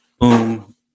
boom